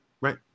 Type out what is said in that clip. right